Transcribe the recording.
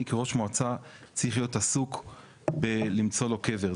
אני כראש מועצה צריך להיות עסוק בלמצוא לו קבר.